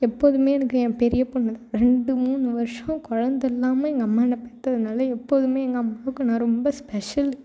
எப்போதும் எனக்கு என் பெரிய பொண்ணை தான் ரெண்டு மூணு வர்ஷம் கொழந்தை இல்லாமல் எங்கள் அம்மா என்னை பெற்றதுனால எப்போதும் எங்கள் அம்மாவுக்கு நான் ரொம்ப ஸ்பெஷலு